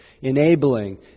enabling